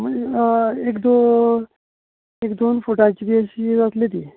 म्हणजें एक दोन एक दोन फुटांची अशी जातली ती